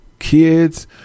Kids